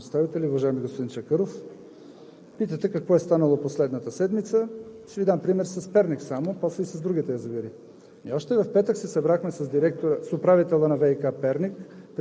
Уважаеми господин Председател, уважаеми дами и господа народни представители! Уважаеми господин Чакъров, питате какво е станало през последната седмица? Ще Ви дам пример само с Перник, после и с другите язовири.